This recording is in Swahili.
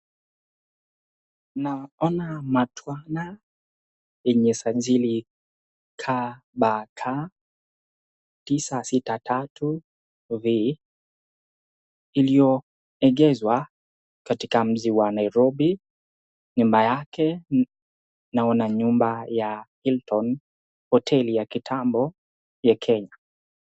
Naona matwana yenye sajili KBK 963V iliyoegezwa katika mji wa Nairobi, nyuma yake naona nyumba ya Hilton, hoteli ya kitambo ya Kenya.